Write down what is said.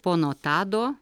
pono tado